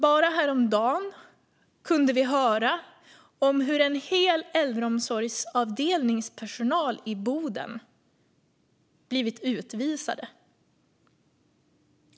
Bara häromdagen kunde vi höra om hur en hel äldreomsorgsavdelnings personal i Boden blivit utvisad.